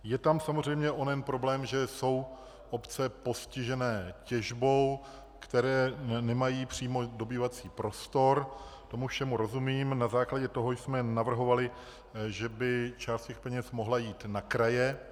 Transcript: Je tam samozřejmě onen problém, že jsou obce postižené těžbou, které nemají přímo dobývací prostor, tomu všemu rozumím, na základě toho jsme navrhovali, že by část těch peněz mohla jít na kraje.